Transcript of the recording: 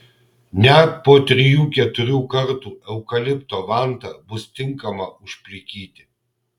net po trijų keturių kartų eukalipto vanta bus tinkama užplikyti